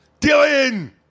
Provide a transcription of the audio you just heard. Dylan